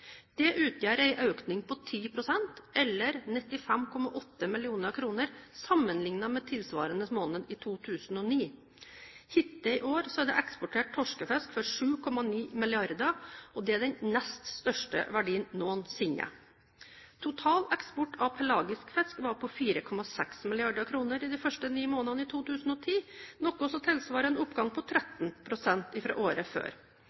økning på 10 pst., eller 95,8 mill. kr, sammenlignet med tilsvarende måned i 2009. Hittil i år er det eksportert torskefisk for 7,9 mrd. kr, og det er den nest største verdien noensinne. Total eksport av pelagisk fisk var på 4,6 mrd. kr i de første ni månedene i 2010, noe som tilsvarer en oppgang på 13 pst. fra året før.